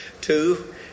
Two